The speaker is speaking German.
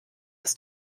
das